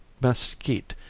mesquite,